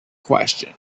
question